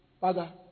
Paga